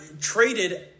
traded